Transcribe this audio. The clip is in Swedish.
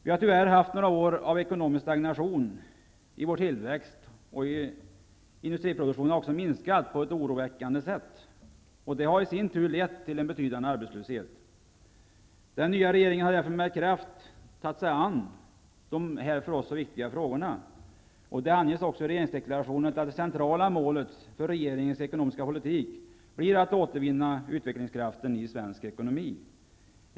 Vi har tyvärr haft några år av ekonomisk stagnation i vår tillväxt, och industriproduktionen har minskat på ett oroväckande sätt. Detta har i sin tur lett till en betydande arbetslöshet. Den nya regeringen har därför med kraft tagit sig an dessa för oss så viktiga frågor. Det anges också i regeringsdeklarationen att det centrala målet för regeringens ekonomiska politik blir att återvinna utvecklingskraften i svensk ekonomi.